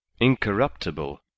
incorruptible